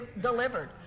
delivered